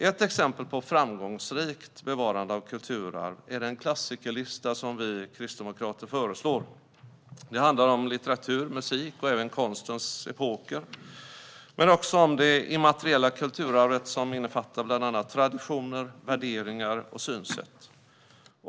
Ett exempel på framgångsrikt bevarande av kulturarv är den klassikerlista som vi kristdemokrater föreslår. Det handlar om litteratur, musik och även konstens epoker, men också om det immateriella kulturarvet, som innefattar bland annat traditioner, värderingar och synsätt.